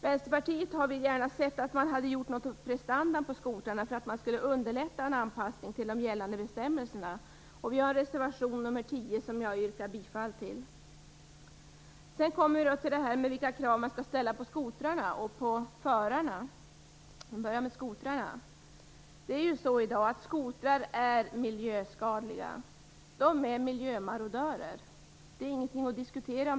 Vänsterpartiet hade gärna sett att man gjort något åt skotrarnas prestanda för att underlätta en anpassning till gällande bestämmelser. Vi har en reservation, nr 10, som jag yrkar bifall till. Sedan kommer vi till frågan om vilka krav man skall ställa på skotrarna och på förarna. Jag börjar med skotrarna. I dag är skotrar miljöskadliga. De är miljömarodörer! Det är inget att diskutera.